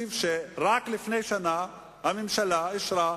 שר-על לאסטרטגיה כלכלית.